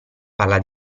palla